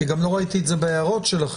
כי גם לא ראיתי את זה בהערות שלכם.